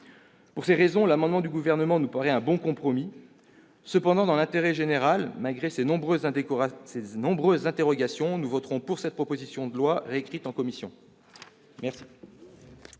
Pour ces raisons, l'amendement du Gouvernement nous paraît un bon compromis. Cependant, dans l'intérêt général, et malgré ces nombreuses interrogations, nous voterons cette proposition de loi réécrite par la commission.